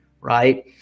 right